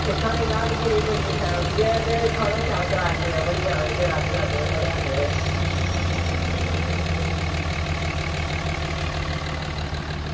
ओह् साढ़े घर बड़ी बड्डी फैमिली ऐ ते थुआढ़ा शैल किराया बनी जाना अगर अस जाह्गे थुआढ़े ऑटो ई